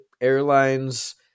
airlines